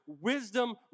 Wisdom